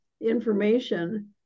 information